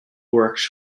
works